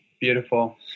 Beautiful